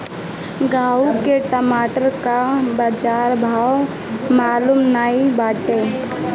घुरहु के टमाटर कअ बजार भाव मलूमे नाइ बाटे